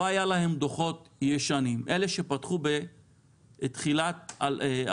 לא היה להם דוחות ישנים: אלה שפתחו בתחילת 2020,